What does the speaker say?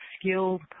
skilled